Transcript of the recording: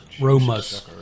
Roma's